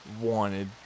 wanted